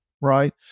right